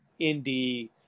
indie